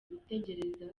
gutegereza